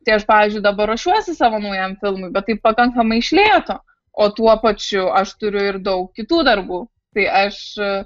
tai aš pavyzdžiui dabar ruošiuosi savo naujam filmui bet tai pakankamai iš lėto o tuo pačiu aš turiu ir daug kitų darbų tai aš